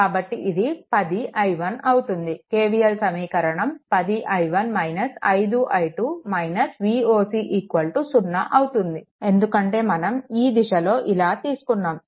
కాబట్టి ఇది 10 i1 అవుతుంది KVL సమీకరణం 10i1 5i2 Voc 0 అవుతుంది ఎందుకంటే మనం ఈ దిశలో ఇలా తీసుకున్నాము